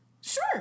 Sure